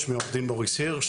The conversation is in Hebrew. שמי עורך דין מוריס הירש,